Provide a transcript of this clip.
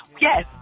Yes